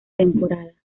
temporada